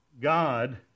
God